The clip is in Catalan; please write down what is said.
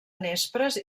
nespres